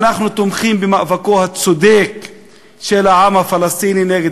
אנחנו תומכים במאבקו הצודק של העם הפלסטיני נגד